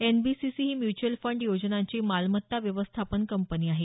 NBCC ही mutual fund योजनांची मालमत्ता व्यवस्थापन कंपनी आहे